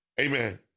Amen